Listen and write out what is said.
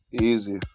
easy